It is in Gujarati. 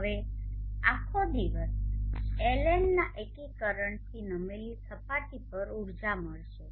હવે આખો દિવસ LN ના એકીકરણથી નમેલી સપાટી પર ઉર્જા મળશે